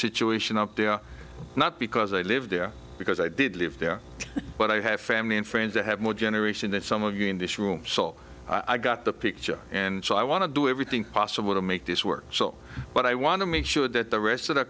situation up there not because i lived there because i did live there but i have family and friends that have more generation that some of you in this room saw i got the picture and so i want to do everything possible to make this work so what i want to make sure that the rest